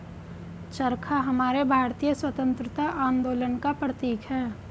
चरखा हमारे भारतीय स्वतंत्रता आंदोलन का प्रतीक है